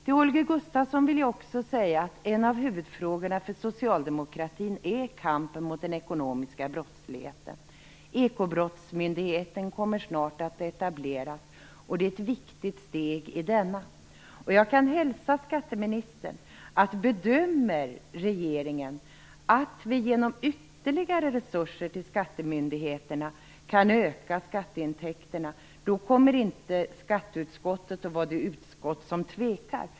Till Holger Gustafsson vill jag också säga att en av huvudfrågorna för socialdemokratin är kampen mot den ekonomiska brottsligheten. Ekobrottsmyndigheten kommer snart att etableras, och det är ett viktigt steg i denna kamp. Jag kan hälsa skatteministern att om regeringen bedömer att vi genom ytterligare resurser till skattemyndigheterna kan öka skatteintäkterna, kommer inte skatteutskottet att vara det utskott som tvekar.